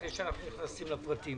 לפני שאנחנו נכנסים לפרטים.